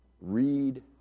Read